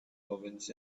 ovens